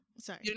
Sorry